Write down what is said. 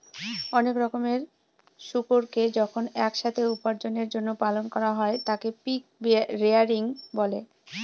অনেক রকমের শুকুরকে যখন এক সাথে উপার্জনের জন্য পালন করা হয় তাকে পিগ রেয়ারিং বলে